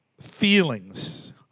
feelings